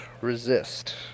Resist